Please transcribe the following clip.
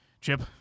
Chip